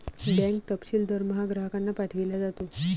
bank तपशील दरमहा ग्राहकांना पाठविला जातो